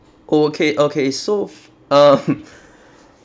okay okay so f~ um